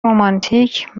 رمانتیک